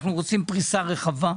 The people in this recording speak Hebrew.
אנחנו רוצים פריסה רחבה,